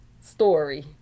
story